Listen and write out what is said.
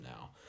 now